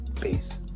Peace